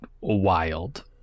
wild